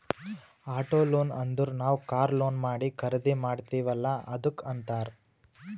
auto loan ಅಂದುರ್ ನಾವ್ car loan ಮಾಡಿ ಖರ್ದಿ ಮಾಡ್ತಿವಿ ಅಲ್ಲಾ ಅದ್ದುಕ್ ಅಂತ್ತಾರ್